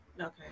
Okay